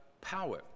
power